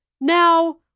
Now